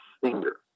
finger